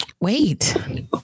Wait